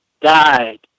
died